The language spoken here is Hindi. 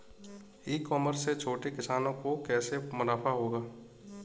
ई कॉमर्स से छोटे किसानों को कैसे मुनाफा होगा?